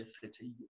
city